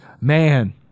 man